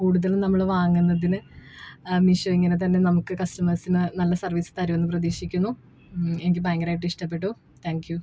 കൂടുതൽ നമ്മൾ വാങ്ങുന്നതിനു മീഷോ ഇങ്ങനെത്തന്നെ നമുക്ക് കസ്റ്റമേഴ്സിനു നല്ല സർവ്വീസ് തരുമെന്നു പ്രതീക്ഷിക്കുന്നു എനിക്കു ഭയങ്കരമായിട്ടു ഇഷ്ടപ്പെട്ടു താങ്ക് യൂ